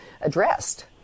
addressed